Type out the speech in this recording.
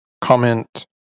comment